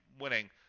winning